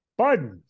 Biden